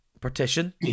partition